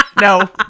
No